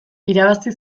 irabazi